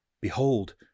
Behold